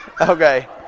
Okay